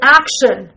action